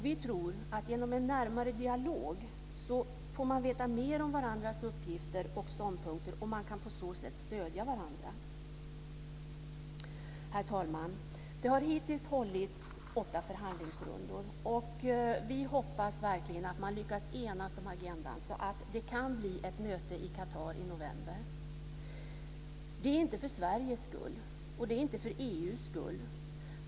Vi tror att man genom en närmare dialog får veta mer om varandras uppgifter och ståndpunkter och på så sätt kan stödja varandra. Herr talman! Det har hittills hållits åtta förhandlingsrundor. Vi hoppas verkligen att man lyckas enas om agendan så att det kan bli ett möte i Qatar i november. Men det är inte för Sveriges skull och det är inte för EU:s skull.